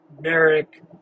Merrick